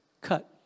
cut